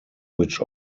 which